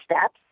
steps